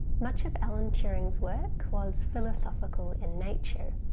much of alan turing's work was philosophical in nature.